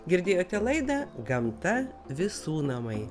girdėjote laidą gamta visų namai